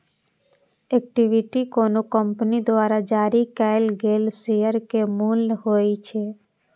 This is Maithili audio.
इक्विटी कोनो कंपनी द्वारा जारी कैल गेल शेयर के मूल्य होइ छै